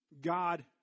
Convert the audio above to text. God